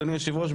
אדוני היושב ראש,